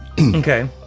Okay